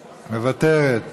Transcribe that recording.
מוותרת.